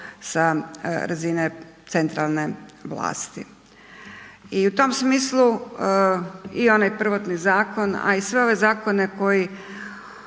sa razine centralne vlasti. I u tom smislu i onaj prvotni zakon, a i sve ove zakone koji